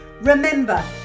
Remember